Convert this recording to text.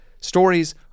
Stories